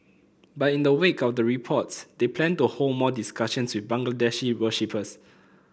but in the wake of the reports they plan to hold more discussions with Bangladeshi worshippers